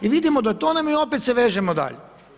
I vidimo da tonemo i opet se vežemo dalje.